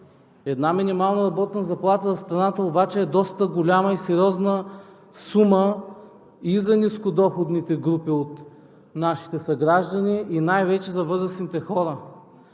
Една минимална работна заплата за страната обаче е доста голяма и сериозна сума и за нискодоходните групи от нашите съграждани, и най-вече за възрастните хора.